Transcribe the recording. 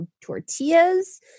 tortillas